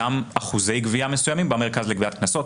גם אחוזי גבייה מסוימים במרכז לגביית קנסות.